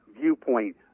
viewpoint